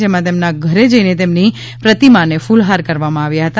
જેમાં તેમના ઘેર જઈને તેમની પ્રતિમાને ફુલહાર કરવામાં આવ્યા હતા